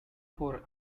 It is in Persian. پره